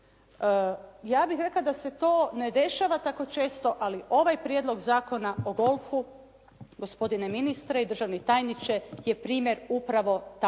Ja bih rekla da se to ne dešava tako često, ali ovaj Prijedlog zakona o golfu gospodine ministre i državni tajniče je primjer upravo